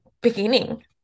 beginning